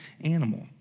animal